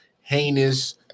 heinous